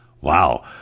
Wow